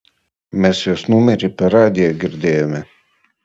mes jos numerį per radiją girdėjome